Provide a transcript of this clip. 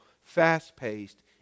fast-paced